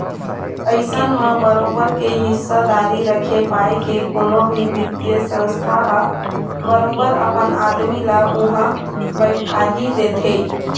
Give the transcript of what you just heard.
अइसन म बरोबर के हिस्सादारी रखे पाय के कोनो भी बित्तीय संस्था ह बरोबर अपन आदमी ल उहाँ बइठाही देथे